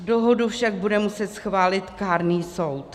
Dohodu však bude muset schválit kárný soud.